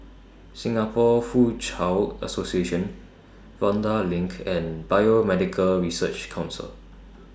Singapore Foochow Association Vanda LINK and Biomedical Research Council